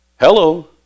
Hello